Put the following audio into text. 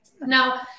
Now